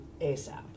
ASAP